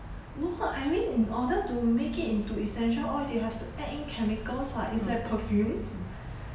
no I mean in order to make it into essential oil they have to add in chemicals [what] it's like perfumes